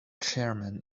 chairman